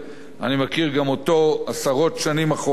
אני מכיר גם אותו עשרות שנים אחורנית,